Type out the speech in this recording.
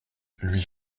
lui